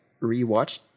rewatched